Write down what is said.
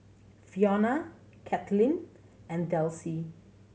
Fiona Kathlyn and Delsie